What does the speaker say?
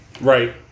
right